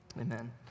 Amen